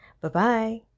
Bye-bye